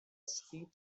schrieb